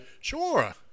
Sure